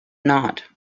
not